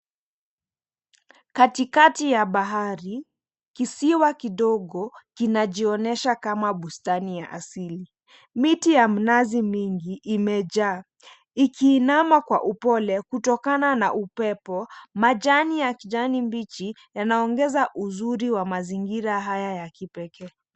Katikati ya bahari, kisiwa kidogo kinajionesha kama bustani ya asili. Miti ya mnazi mingi imejaa ikiinama kwa upole kutokana na upepo, majani ya kijani mbichi yanaongeza uzuri wa mazingira haya ya kipekee.